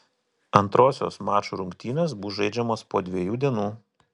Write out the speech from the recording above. antrosios mačų rungtynės bus žaidžiamos po dviejų dienų